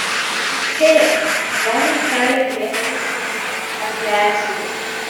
įspėja dronai kelia grėsmę civilinei aviacijai